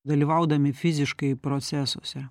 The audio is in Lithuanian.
dalyvaudami fiziškai procesuose